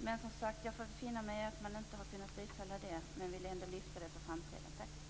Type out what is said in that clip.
Men jag får, som sagt, finna mig i att man inte har kunnat tillstyrka det. Ändå vill jag alltså lyfta frågan för framtiden.